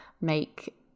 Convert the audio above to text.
make